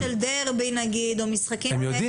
אתה סומך, אני לא.